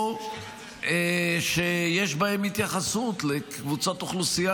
או שיש בהן התייחסות לקבוצות אוכלוסייה